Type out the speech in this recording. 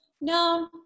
No